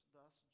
Thus